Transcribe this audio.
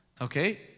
Okay